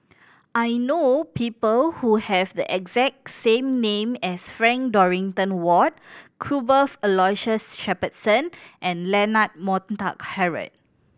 I know people who have the exact same name as Frank Dorrington Ward Cuthbert Aloysius Shepherdson and Leonard Montague Harrod